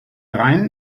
rhein